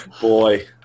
boy